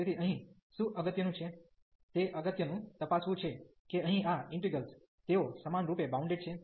તેથી અહીં શું અગત્યનું છે તે અગત્યનું તપાસવું છે કે અહીં આ ઇન્ટિગ્રેલ્સ તેઓ સમાનરૂપે બાઉન્ડેડ છે